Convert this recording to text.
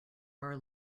bar